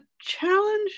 challenge